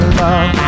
love